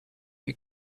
you